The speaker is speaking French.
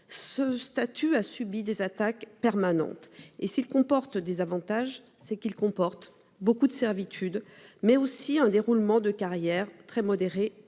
Ce statut a subi des attaques permanentes et, s'il comporte des avantages, c'est qu'il prévoit aussi beaucoup de servitudes, ainsi qu'un déroulement de carrière très modéré